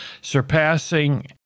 surpassing